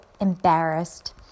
embarrassed